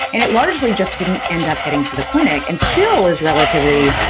and it largely just didn't end up getting to the clinic and still is relatively,